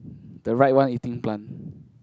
the right one eating plant